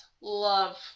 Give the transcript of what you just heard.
love